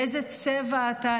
באיזה צבע אתה,